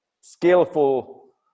skillful